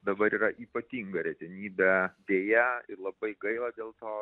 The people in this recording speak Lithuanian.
dabar yra ypatinga retenybė deja ir labai gaila dėl to